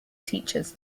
teachers